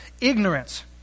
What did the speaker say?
ignorance